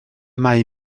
mae